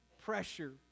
pressure